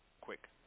quick